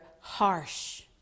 harsh